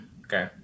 Okay